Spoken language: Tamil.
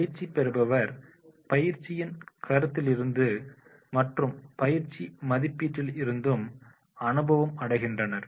பயிற்சி பெறுபவர் பயிற்சியின் கருத்திலிருந்துமற்றும் பயிற்சி மதிப்பீட்டில் இருந்தும் அனுபவம் அடைகின்றனர்